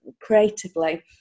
creatively